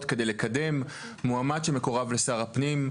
כדי לקדם מועמד שמקורב לשר הפנים,